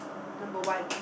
number one